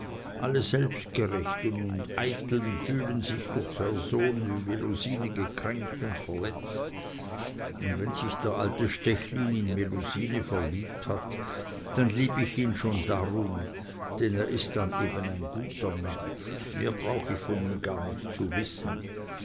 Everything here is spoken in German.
alle selbstgerechten und eiteln fühlen sich durch personen wie melusine gekränkt und verletzt und wenn sich der alte stechlin in melusine verliebt hat dann lieb ich ihn schon darum denn er ist dann eben ein guter mensch mehr brauch ich von ihm gar nicht zu wissen